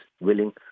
willing